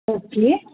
okay